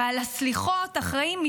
ועל הסליחות אחראים,